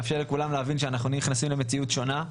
לכולם להבין שאנחנו נכנסים למציאות שונה.